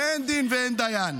ואין דין ואין דיין.